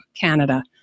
Canada